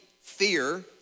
fear